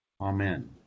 Amen